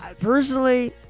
personally